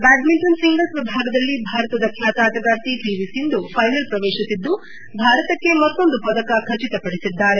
badminton singles ವಿಭಾಗದಲ್ಲಿ ಭಾರತದ ಖ್ಯಾತ ಆಟಗಾರ್ತಿ ಪಿ ವಿ ಸಿಂಧು ಫೈನಲ್ ಪ್ರವೇಶಿಸಿದ್ದು ಭಾರತಕ್ಕೆ ಮತ್ತೊಂದು ಪದಕ ಖಚಿತಪಡಿಸಿದ್ದಾರೆ